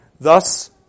thus